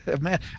man